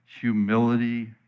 humility